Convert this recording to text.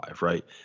right